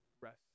rest